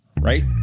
right